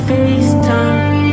FaceTime